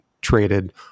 traded